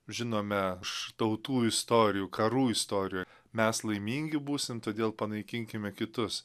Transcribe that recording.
žinome šių tautų istorijų karų istorijų mes laimingi būsim todėl panaikinkime kitus